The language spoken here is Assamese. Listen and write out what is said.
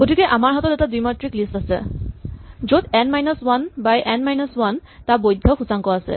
গতিকে আমাৰ হাতত এটা দ্বিমাত্ৰিক লিষ্ট আছে য'ত n minus one by n minus one টা বৈধ সূচাংক আছে